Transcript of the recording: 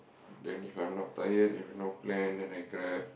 then if I'm not tired If I no plan then I grab